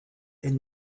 elle